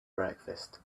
breakfast